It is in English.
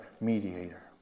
mediator